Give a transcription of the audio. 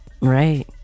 Right